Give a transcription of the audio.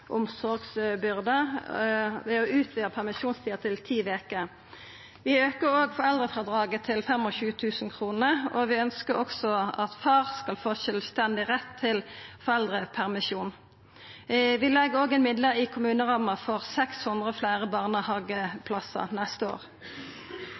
omsorgsbyrde, ved å utvida permisjonstida til ti veker. Vi aukar foreldrefrådraget til 25 000 kr, og vi ønskjer at far skal få sjølvstendig rett til foreldrepermisjon. Vi legg òg inn midlar i kommuneramma til 600 fleire barnehageplassar neste år. Mange barn og